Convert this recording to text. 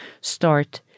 start